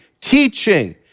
teaching